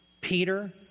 Peter